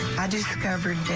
i discovered